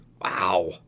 Wow